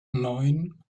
neun